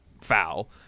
foul